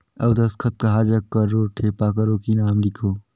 अउ दस्खत कहा जग करो ठेपा करो कि नाम लिखो?